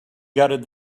gutted